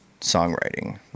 songwriting